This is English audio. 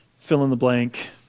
fill-in-the-blank